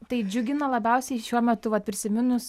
tai džiugina labiausiai šiuo metu vat prisiminus